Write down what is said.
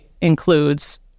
includes